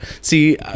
see